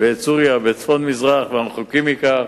ואת סוריה בצפון-מזרח, ואנחנו רחוקים מכך.